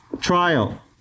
trial